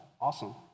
awesome